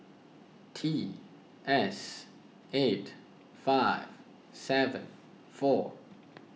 T S eight five seven four